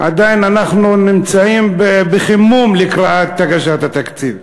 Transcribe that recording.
עדיין אנחנו נמצאים בחימום לקראת הגשת התקציב.